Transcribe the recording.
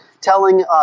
telling